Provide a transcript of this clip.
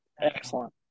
Excellent